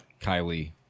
Kylie